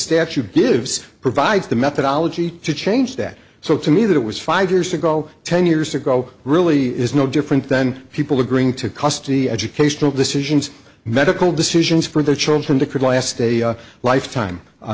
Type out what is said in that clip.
statute provides the methodology to change that so to me that it was five years ago ten years ago really is no different then people are going to cost the educational decisions medical decisions for their children to could last a lifetime